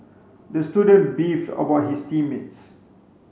the student beefed about his team mates